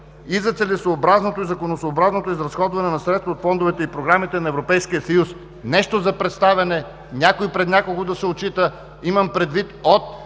и за целесъобразното и законосъобразното изразходване на средства от фондовете и програмите на Европейския съюз.“ Това е ал. 3. Нещо за представяне, някой пред някого да се отчита? Имам предвид не